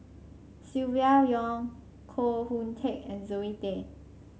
Silvia Yong Koh Hoon Teck and Zoe Tay